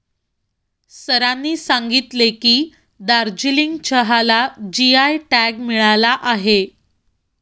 सरांनी सांगितले की, दार्जिलिंग चहाला जी.आय टॅग मिळाला आहे